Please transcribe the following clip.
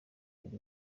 buri